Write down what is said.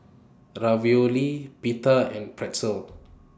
Ravioli Pita and Pretzel